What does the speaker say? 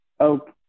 okay